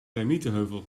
termietenheuvel